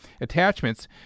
Attachments